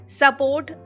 support